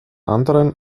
anderen